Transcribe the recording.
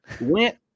went